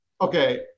okay